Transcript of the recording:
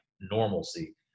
normalcy